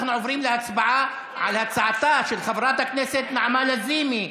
אנחנו עוברים להצבעה על הצעתה של חברת הכנסת נעמה לזימי.